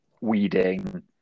weeding